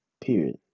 period